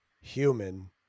human